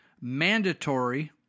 Mandatory